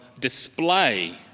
display